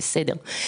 בסדר,